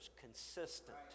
consistent